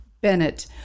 bennett